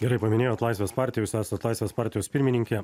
gerai paminėjot laisvės partiją jūs esat laisvės partijos pirmininkė